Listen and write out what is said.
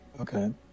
Okay